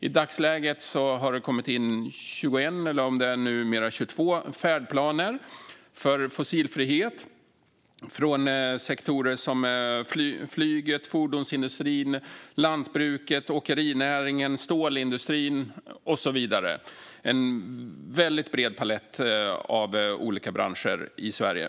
I dagsläget har det kommit in 21, eller om det numera är 22, färdplaner för fossilfrihet från sektorer som flyget, fordonsindustrin, lantbruket, åkerinäringen, stålindustrin och så vidare - en väldigt bred palett av olika branscher i Sverige.